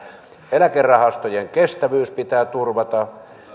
eläkerahastojen kestävyys pitää turvata